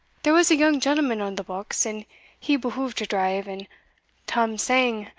there was a young gentleman on the box, and he behuved to drive and tam sang,